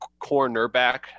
cornerback